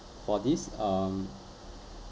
for this um